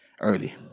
Early